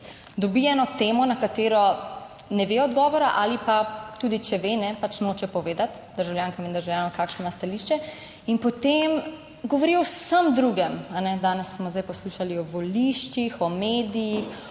Dobi eno temo, na katero ne ve odgovora ali pa tudi, če ve, kajne, pač noče povedati državljankam in državljanom, kakšno ima stališče. In potem govori o vsem drugem. Danes smo zdaj poslušali o voliščih, o medijih,